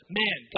man